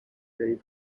dave